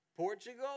Portugal